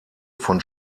von